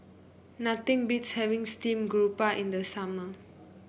nothing beats having Steamed Garoupa in the summer